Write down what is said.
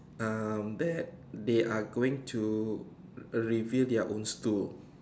um that they are going to reveal their own stool